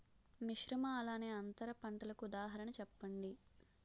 మిశ్రమ అలానే అంతర పంటలకు ఉదాహరణ చెప్పండి?